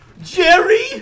Jerry